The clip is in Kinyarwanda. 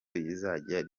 rizajya